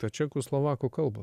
tą čekų slovakų kalbą